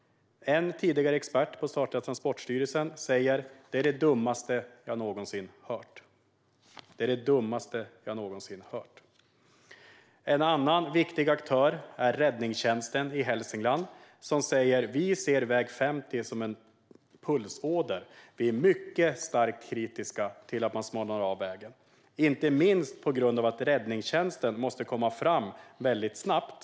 En tidigare expert på statliga Transportstyrelsen säger att det är dummaste han någonsin hört. En annan viktig aktör, räddningstjänsten i Hälsingland, säger: Vi ser väg 50 som en pulsåder. Vi är mycket starkt kritiska till att man smalnar av vägen. Räddningstjänsten måste ju komma fram snabbt.